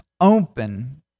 open